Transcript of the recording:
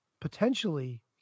potentially